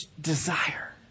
desire